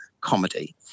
comedy